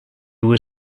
were